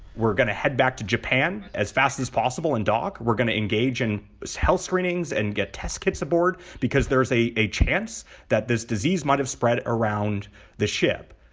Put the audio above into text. we're gonna head back to japan as fast as possible, and doc, we're going to engage in health screenings and get test kits aboard because there's a a chance that this disease might have spread around the ship